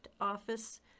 Office